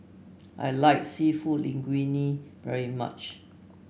I like seafood Linguine very much